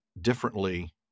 differently